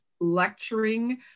lecturing